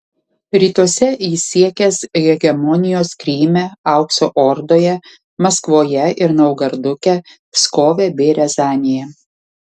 rytuose jis siekęs hegemonijos kryme aukso ordoje maskvoje ir naugarduke pskove bei riazanėje